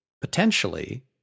potentially